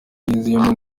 yanyuzemo